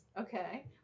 Okay